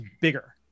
bigger